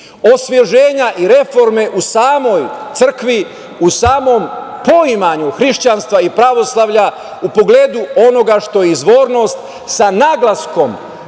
osveženja i reforme u samoj crkvi, u samom poimanju hrišćanstva i pravoslavlja u pogledu onoga što je izvornost sa naglaskom